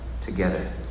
together